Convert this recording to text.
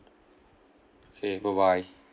okay bye bye